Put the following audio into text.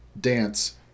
dance